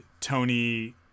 tony